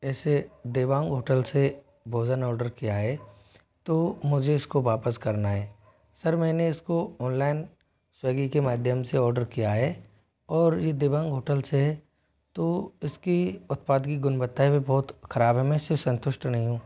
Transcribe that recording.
ऐसे देवांग होटल से भोजन ऑर्डर किया है तो मुझे इसको वापस करना है सर मैंने इसको ऑनलाइन स्वेगी के माध्यम से ऑर्डर किया है और ये देवांग होटल से है तो इसकी उत्पाद की गुणवत्ता भी बहुत खराब है मैं इससे संतुष्ट नहीं हूँ